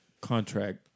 contract